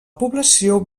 població